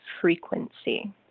frequency